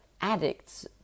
addicts